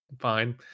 fine